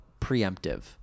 preemptive